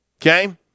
okay